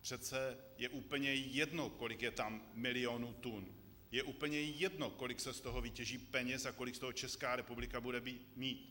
Přece je úplně jedno, kolik je tam milionů tun, je úplně jedno, kolik se z toho vytěží peněz a kolik z toho Česká republika bude mít.